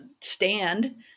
stand